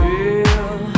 Feel